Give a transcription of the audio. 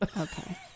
Okay